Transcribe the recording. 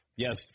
Yes